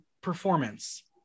performance